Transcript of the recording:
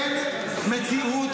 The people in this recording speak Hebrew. אין מציאות